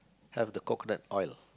have the coconut oil